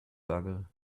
bugle